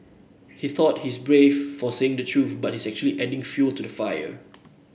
he thought he's brave for saying the truth but he's actually just adding fuel to the fire